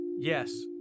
Yes